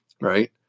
Right